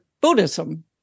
Buddhism